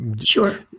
Sure